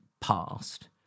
past